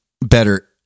better